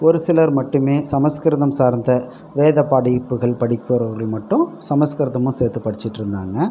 ஒரு சிலர் மட்டுமே சமஸ்கிருதம் சார்ந்த வேத படிப்புகள் படிப்பவர்கள் மட்டும் சமஸ்கிருதமும் சேர்த்து படிச்சுட்டு இருந்தாங்க